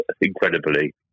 incredibly